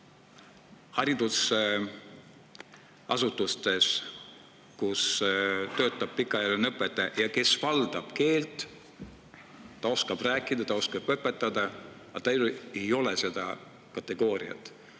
Haridusasutuses ehk töötab pikaajaline õpetaja, kes valdab keelt, oskab rääkida, ja ta oskab ka õpetada, aga tal ei ole seda kategooriat.